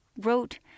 wrote